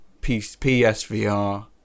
PSVR